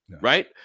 right